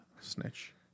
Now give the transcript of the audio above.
Snitch